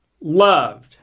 loved